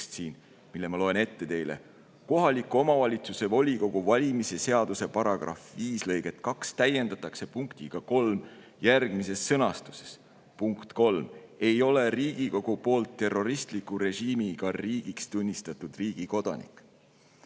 loen selle teile ette. "Kohaliku omavalitsuse volikogu valimise seaduse § 5 lõiget 2 täiendatakse punktiga 3 järgmises sõnastuses: "3) ei ole Riigikogu poolt terroristliku režiimiga riigiks tunnistatud riigi kodanik.""